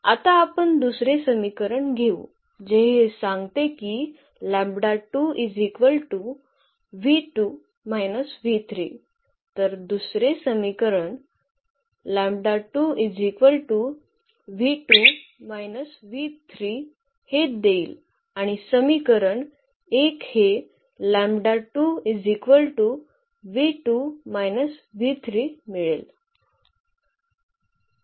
आता आपण दुसरे समीकरण घेऊ जे हे सांगते की तर दुसरे समीकरण हे देईल आणि समीकरण 1 हे मिळेल